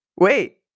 Wait